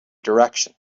direction